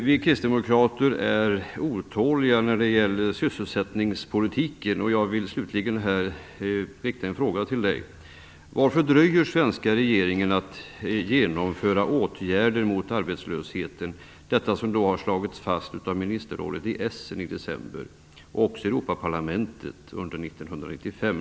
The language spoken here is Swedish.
Vi kristdemokrater är otåliga när det gäller sysselsättningspolitiken, och jag vill slutligen här rikta en fråga till Mats Hellström: Varför dröjer den svenska regeringen med att genomföra åtgärder mot arbetslösheten? Detta är något som har slagits fast av ministerrådet i Essen i december och också i Europaparlamentet under 1995.